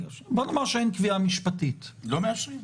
לא מאשרים.